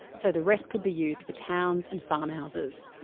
so the rest could be used for towns and farmhouses.